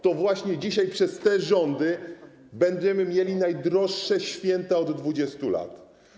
To właśnie dzisiaj przez te rządy będziemy mieli najdroższe święta od 20 lat.